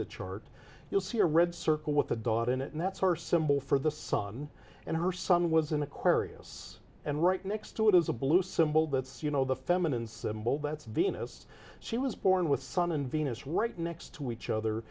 the chart you'll see a red circle with a dog in it and that's our symbol for the sun and her son was in aquarius and right next to it is a blue symbol that's you know the feminine symbol that's venus she was born with sun and venus right next to each other